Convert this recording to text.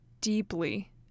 deeply